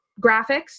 graphics